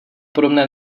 podobné